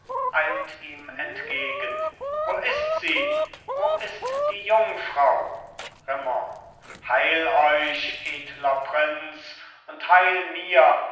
eilt ihm entgegen wo ist sie wo ist die jungfrau raimond heil euch edler prinz und heil mir